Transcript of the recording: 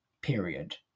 period